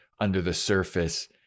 under-the-surface